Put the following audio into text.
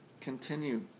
continue